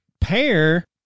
pair